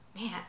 man